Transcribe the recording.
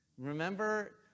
Remember